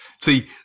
See